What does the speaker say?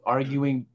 arguing